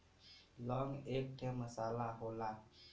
लौंग एक ठे मसाला होला